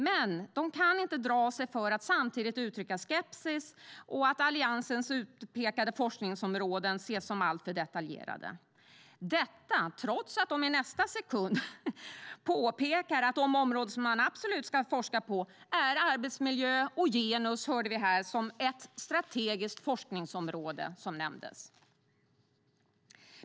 Men de drar sig inte för att samtidigt uttrycka skepsis, och de ser Alliansens utpekade forskningsområden som alltför detaljerade - detta trots att de i nästa sekund påpekar att de områden som man absolut ska forska på är arbetsmiljö och genus som strategiska forskningsområden.